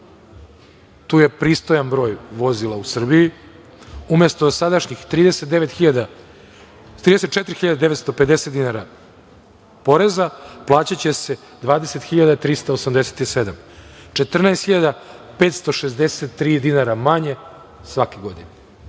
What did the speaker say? to je pristojan broj vozila u Srbiji, umesto sadašnjih 34.950 dinara poreza plaćaće se 20.387 - 14.563 dinara manje svake godine